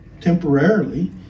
temporarily